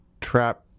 trap